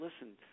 listen